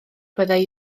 byddai